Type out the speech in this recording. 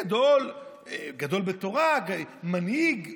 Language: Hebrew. גדול בתורה, מנהיג,